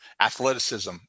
athleticism